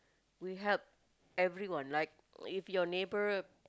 we help everyone like if your neighbour